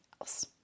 else